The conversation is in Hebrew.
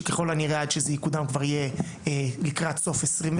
שככל הנראה עד שזה יקודם כבר יהיה לקראת סוף 2023,